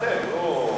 הוא צריך לאחר,